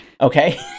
Okay